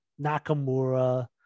Nakamura